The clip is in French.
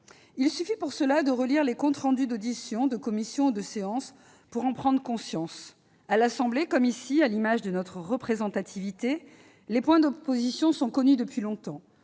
Il suffit de relire les comptes rendus des auditions de commission ou le compte rendu de la séance pour en prendre conscience. À l'Assemblée nationale comme ici, à l'image de notre représentativité, les points d'opposition sont connus depuis longtemps